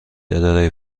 اداره